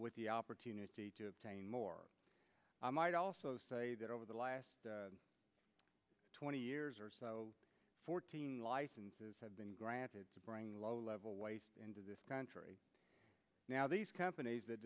with the opportunity to obtain more i might also say that over the last twenty years or so fourteen licenses have been granted to bring low level waste into this country now these companies that